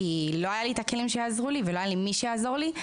כי לא היו לי הכלים שיעזרו לי ולא היה לי מי שיעזור לי.